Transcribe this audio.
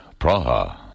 Praha